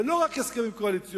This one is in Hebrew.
ולא רק הסכמים קואליציוניים.